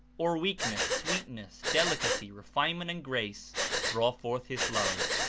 or weak ness, sweetness, delicacy, refinement and grace draw forth his love.